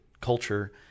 culture